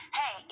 hey